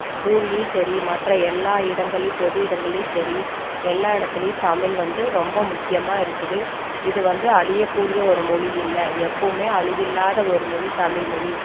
ஸ்கூல்லேயும் சரி மற்ற எல்லா இடங்களில் பொது இடங்கள்லேயும் சரி எல்லா இடத்துலேயும் தமிழ் வந்து ரொம்ப முக்கியமாக இருக்குது இது வந்து அழியக்கூடிய ஒரு மொழி இல்லை எப்போவுமே அழிவு இல்லாத ஒரு மொழி தமிழ் மொழி